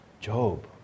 Job